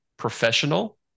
professional